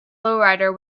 lowrider